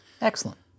Excellent